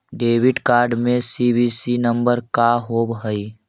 Debit card में CVV number का होव हइ?